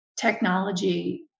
technology